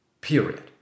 period